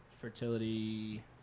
Fertility